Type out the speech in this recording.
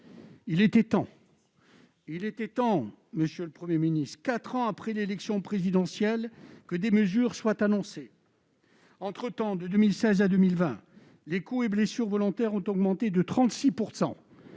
Il était temps ! Il était temps, monsieur le Premier ministre, quatre ans après l'élection présidentielle, que des mesures soient annoncées ! Entre-temps, de 2016 à 2020, les coups et blessures volontaires ont augmenté de 36 %.